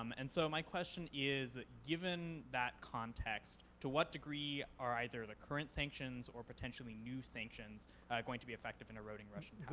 um and so my question is given that context, to what degree are either the current sanctions or potentially new sanctions going to be effective in eroding russian